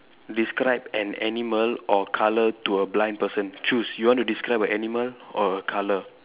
describe an animal or colour to a blind person choose you want to describe an animal or a colour